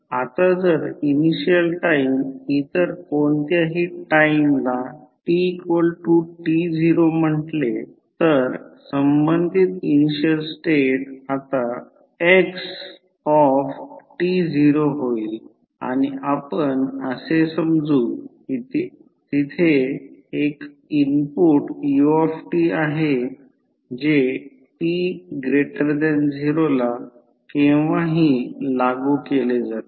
आता जर initial time इतर कोणत्याही टाईमला tt0 म्हटले तर संबंधित इनिशियल स्टेट आता x होईल आणि आपण असे समजू की तेथे एक इनपुट u आहे जे t0 ला केव्हाही लागू केले जाते